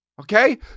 Okay